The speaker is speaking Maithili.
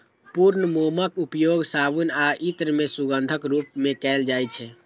पूर्ण मोमक उपयोग साबुन आ इत्र मे सुगंधक रूप मे कैल जाइ छै